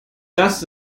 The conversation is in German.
das